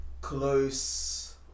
close